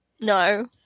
No